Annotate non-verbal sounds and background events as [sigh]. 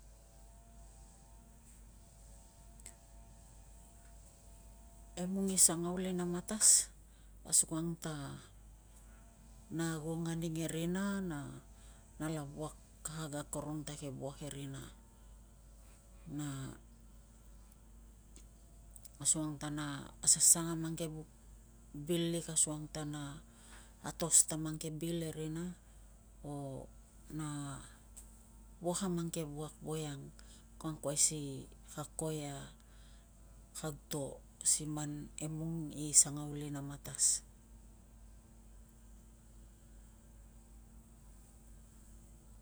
[noise] emung i sangauli na matas asukang ta na ago nganing e rina na nala wuak kakag akorong ta ke wuak e rina. Na asukang ta naka asasang a mang ke vuk bil lik asukang ta na atos ta mang ke bil e rina o na wuak a mang ke wuak voiang ko angkuai si ka ko, kag to si man emung i sangauli na matas.